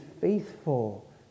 faithful